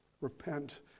Repent